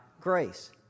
grace